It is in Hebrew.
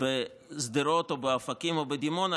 בשדרות או באופקים או בדימונה?